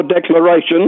Declaration